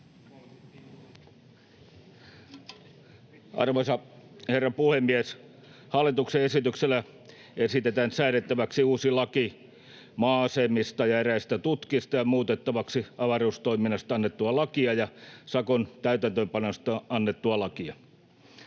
Arvoisa herra puhemies! Hallituksen esityksellä esitetään säädettäväksi uusi laki maa-asemista ja eräistä tutkista ja muutettavaksi avaruustoiminnasta annettua lakia ja sakon täytäntöönpanosta annettua lakia.